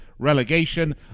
relegation